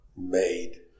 made